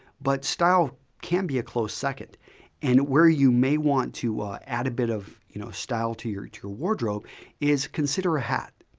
but style can be a close second and where you may want to add a bit of, you know, style to your wardrobe is consider a hat.